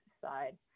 side